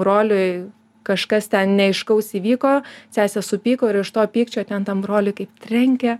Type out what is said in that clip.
broliui kažkas ten neaiškaus įvyko sesė supyko ir iš to pykčio ten tam broliui kaip trenkė